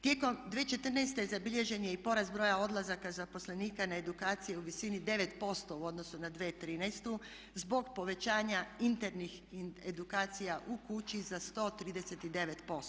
Tijekom 2014. zabilježen je i porast broja odlazaka zaposlenika na edukaciju u visini 9% u odnosu na 2013. zbog povećanja internih edukacija u kući za 139%